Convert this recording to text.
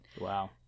Wow